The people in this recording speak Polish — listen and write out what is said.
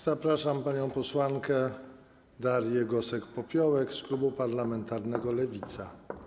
Zapraszam panią posłankę Darię Gosek-Popiołek z klubu parlamentarnego Lewica.